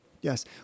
Yes